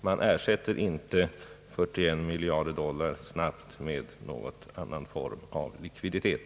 man inte snabbt ersätter 41 miljarder dollar med någon annan form av likviditet.